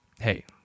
hey